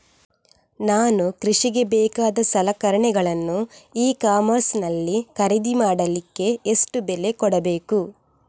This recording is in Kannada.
ನಾನು ಕೃಷಿಗೆ ಬೇಕಾದ ಸಲಕರಣೆಗಳನ್ನು ಇ ಕಾಮರ್ಸ್ ನಲ್ಲಿ ಖರೀದಿ ಮಾಡಲಿಕ್ಕೆ ಎಷ್ಟು ಬೆಲೆ ಕೊಡಬೇಕು?